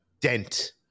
dent